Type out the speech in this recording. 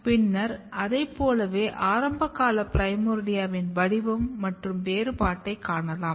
பின்னர் அதைப் போலவே ஆரம்பகால பிரைமோர்டியாவின் வடிவம் மற்றும் வேறுபாட்டைக் காணலாம்